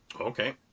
Okay